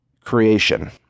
creation